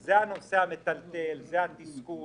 זה הנושא המטלטל, זה התסכול,